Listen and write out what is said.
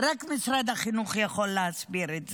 רק משרד החינוך יכול להסביר את זה.